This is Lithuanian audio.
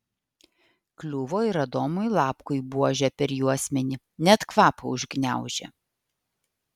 kliuvo ir adomui lapkui buože per juosmenį net kvapą užgniaužė